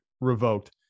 revoked